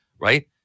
right